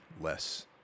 less